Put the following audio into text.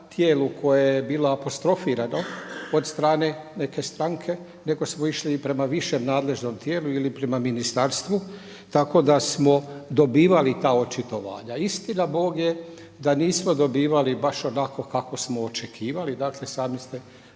tijelu koje je bilo apostrofirano od strane neke stranke nego smo išli i prema višem nadležnom tijelu ili prema ministarstvu tako da smo dobivali ta očitovanja. Istina bog je da nismo dobivali baš onako kako smo očekivali, dakle sami ste